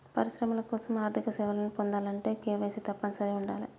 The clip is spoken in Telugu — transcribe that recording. పరిశ్రమల కోసం ఆర్థిక సేవలను పొందాలంటే కేవైసీ తప్పనిసరిగా ఉండాలే